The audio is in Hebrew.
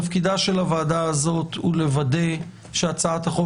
תפקידה של הוועדה הזאת הוא לוודא שהצעת החוק